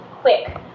quick